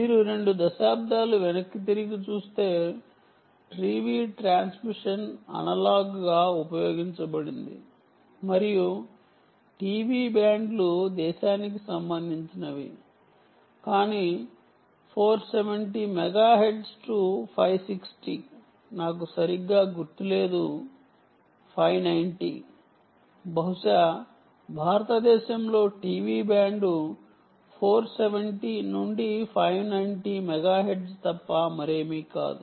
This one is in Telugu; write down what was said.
మీరు 2 దశాబ్దాలు వెనక్కి తిరిగి చూస్తే టీవీ ట్రాన్స్మిషన్ అనలాగ్ గా ఉపయోగించబడింది మరియు టీవీ బ్యాండ్లు దేశానికి సంబంధించినవి కానీ 470 మెగాహెర్జ్ నుండి 560 నాకు సరిగ్గా గుర్తు లేదు 590 బహుశా భారతదేశంలో టీవీ బ్యాండ్ 470 నుండి 590 మెగాహెర్ట్జ్ తప్ప మరేమీ కాదు